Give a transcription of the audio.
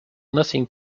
nothing